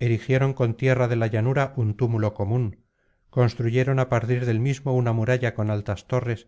erigieron con tierra de la llanura un túmulo común construyeron á partir del mismo una muralla con altas torres